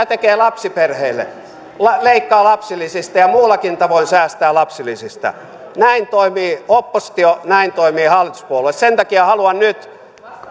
tekee lapsiperheille leikkaa lapsilisistä ja muullakin tavoin säästää lapsilisistä näin toimii oppositio näin toimii hallituspuolue sen takia haluan nyt